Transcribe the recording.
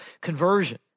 conversion